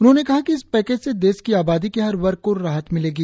उन्होंने कहा कि इस पैकेज से देश की आबादी के हर वर्ग को राहत मिलेगी